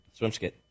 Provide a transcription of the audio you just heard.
Swimskit